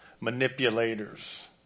manipulators